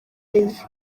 live